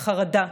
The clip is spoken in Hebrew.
החרדה,